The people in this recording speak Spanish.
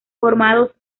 formados